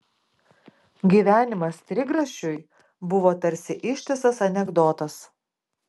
gyvenimas trigrašiui buvo tarsi ištisas anekdotas